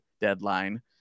deadline